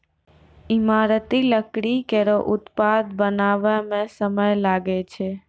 ईमारती लकड़ी केरो उत्पाद बनावै म समय लागै छै